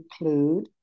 include